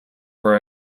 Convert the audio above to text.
were